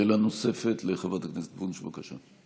שאלה נוספת לחברת הכנסת וונש, בבקשה.